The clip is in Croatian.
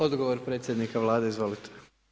Odgovor predsjednika Vlade, izvolite.